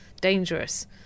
dangerous